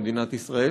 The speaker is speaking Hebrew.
במדינת ישראל,